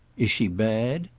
is she bad?